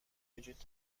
وجود